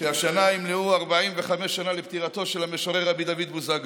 השנה ימלאו 45 שנה לפטירתו של המשורר רבי דוד בוזגלו,